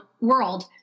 world